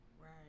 Right